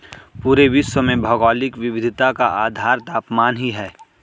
पूरे विश्व में भौगोलिक विविधता का आधार तापमान ही है